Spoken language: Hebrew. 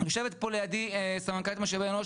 יושבת פה לידי סמנכ"לית משאבי אנוש